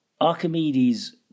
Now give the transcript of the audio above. Archimedes